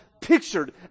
pictured